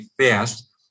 fast